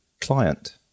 client